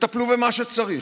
תטפלו במה שצריך.